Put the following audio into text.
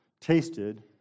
tasted